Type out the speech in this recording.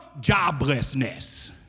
Joblessness